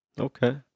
Okay